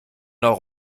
auch